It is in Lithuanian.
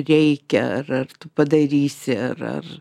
reikia ar ar tu padarysi ar ar